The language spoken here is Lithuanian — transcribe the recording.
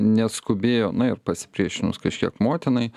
neskubėjo na ir pasipriešinus kažkiek motinai